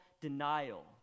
denial